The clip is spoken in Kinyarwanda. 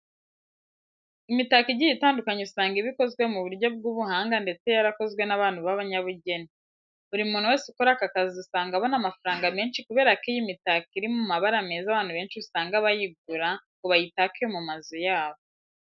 Imitako igiye itandukakanye usanga iba ikozwe mu buryo bw'ubuhanga ndetse yarakozwe n'abantu b'abanyabugeni. Buri muntu wese ukora aka kazi usanga abona amafaranga menshi kubera ko iyi mitako iri mu mabara meza abantu benshi usanga bayigura ngo bayitake mu mazu yabo.